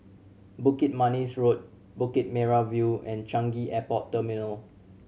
Bukit Manis Road Bukit Merah View and Changi Airport Terminal